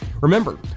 Remember